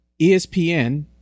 ESPN